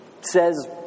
says